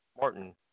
Martin